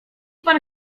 pan